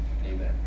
Amen